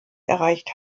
erreicht